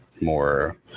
more